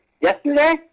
Yesterday